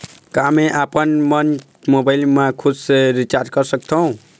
का मैं आपमन मोबाइल मा खुद से रिचार्ज कर सकथों?